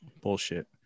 bullshit